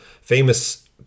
famous